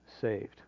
saved